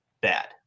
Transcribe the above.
bad